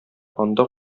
анда